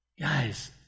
Guys